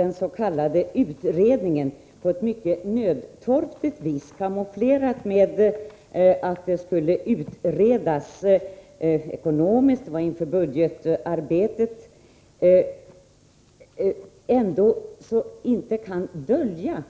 Den s.k. LOK-utredningen, sorgfälligt kamouflerad som en översyn i syfte att få ett effektivare utnyttjande av lokaler, utrustning och personal — det var inför budgetarbetet — har inte kunnat dölja